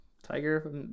Tiger